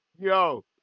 Yo